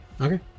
Okay